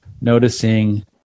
noticing